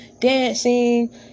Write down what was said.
dancing